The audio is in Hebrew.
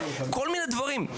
כל מיני דברים.